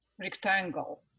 rectangle